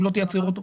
אם לא תייצר אותו?